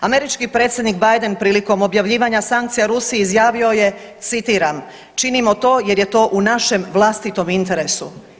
Američki predsjednik Biden prilikom objavljivanja sankcija Rusiji izjavio je citiram, činimo to jer je to u našem vlastitom interesu.